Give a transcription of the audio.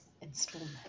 installment